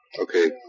Okay